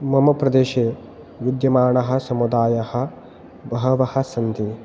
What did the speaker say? मम प्रदेशे विद्यमानाः समुदायाः बहवः सन्ति